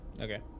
Okay